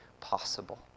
possible